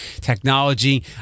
technology